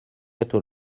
être